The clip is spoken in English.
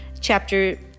chapter